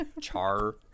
char